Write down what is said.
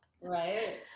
Right